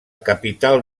capital